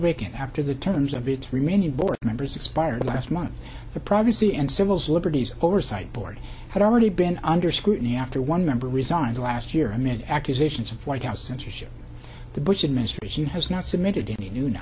vacant after the terms of its remaining board members expired last month the privacy and civil liberties oversight board had already been under scrutiny after one member resigned last year amid accusations of white house censorship the bush administration has not submitted any new